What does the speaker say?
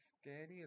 scary